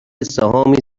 سهامی